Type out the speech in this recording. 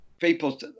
people